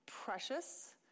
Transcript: precious